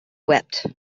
wept